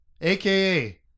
aka